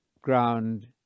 ground